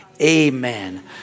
Amen